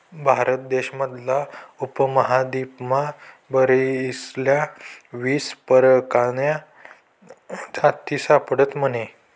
भारत देश मधला उपमहादीपमा बकरीस्न्या वीस परकारन्या जाती सापडतस म्हने